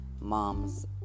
mom's